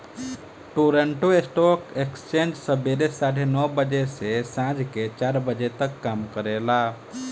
Toronto stock exchange सबेरे साढ़े नौ बजे से सांझ के चार बजे तक काम करेला